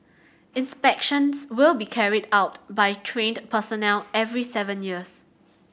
inspections will be carried out by trained personnel every seven years